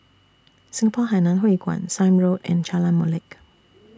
Singapore Hainan Hwee Kuan Sime Road and Jalan Molek